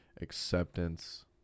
acceptance